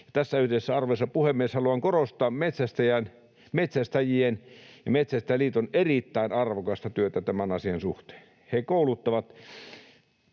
Tässä yhteydessä, arvoisa puhemies, haluan korostaa metsästäjien ja Metsästäjäliiton erittäin arvokasta työtä tämän asian suhteen. He kouluttavat